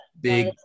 big